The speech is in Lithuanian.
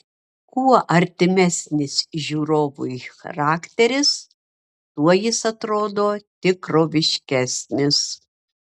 kuo artimesnis žiūrovui charakteris tuo jis atrodo tikroviškesnis